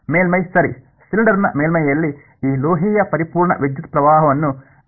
ಮೇಲ್ಮೈ ಸರಿ ಸಿಲಿಂಡರ್ನ ಮೇಲ್ಮೈಯಲ್ಲಿ ಈ ಲೋಹೀಯ ಪರಿಪೂರ್ಣ ವಿದ್ಯುತ್ ಪ್ರವಾಹವನ್ನು ಈ ವಿಷಯವಾಗಿ ನೀಡಲಾಗುತ್ತದೆ